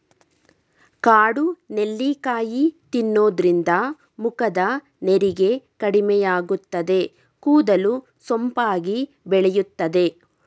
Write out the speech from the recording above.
ಕಾಡು ನೆಲ್ಲಿಕಾಯಿ ತಿನ್ನೋದ್ರಿಂದ ಮುಖದ ನೆರಿಗೆ ಕಡಿಮೆಯಾಗುತ್ತದೆ, ಕೂದಲು ಸೊಂಪಾಗಿ ಬೆಳೆಯುತ್ತದೆ